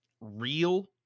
real